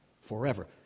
Forever